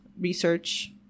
research